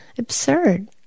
absurd